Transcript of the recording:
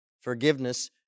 Forgiveness